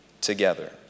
together